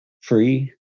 free